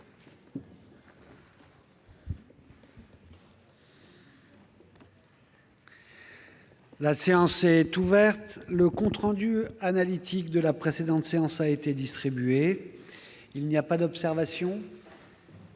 La séance est ouverte. Le compte rendu analytique de la précédente séance a été distribué. Il n'y a pas d'observation ?